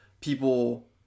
people